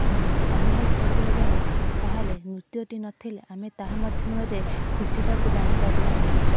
ଅନୁଭବ କରିବାକୁ ଯାଉ ତାହେଲେ ନୃତ୍ୟଟି ନଥିଲେ ଆମେ ତାହା ମାଧ୍ୟମରେ ଖୁସୀଟାକୁ ଜାଣିପାରିବା ନାହିଁ